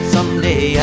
Someday